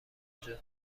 اونجا